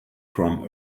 from